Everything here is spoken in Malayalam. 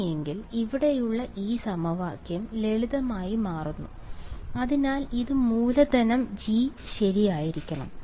അങ്ങനെയെങ്കിൽ ഇവിടെയുള്ള ഈ സമവാക്യം ലളിതമായി മാറുന്നു അതിനാൽ ഇത് മൂലധനം G ശരിയായിരിക്കണം